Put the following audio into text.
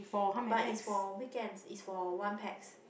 but it's for weekend it's for one pax